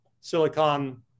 Silicon